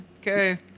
okay